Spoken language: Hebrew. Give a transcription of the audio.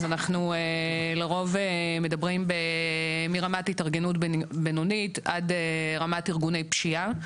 אז אנחנו לרוב מדברים מרמת התארגנות בינונית עד רמת ארגוני פשיעה.